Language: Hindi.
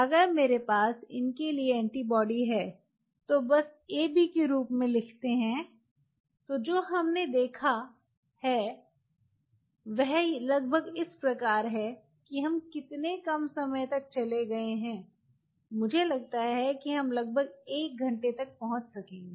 अगर मेरे पास इन के लिए एंटीबॉडी है तो बस AB के रूप में लिख हैं तो जो हमने देखा है वह लगभग इस प्रकार है कि हम कितने कम समय तक चले गए हैं मुझे लगता है कि हम लगभग 1 घंटे तक पहुँच सकेंगे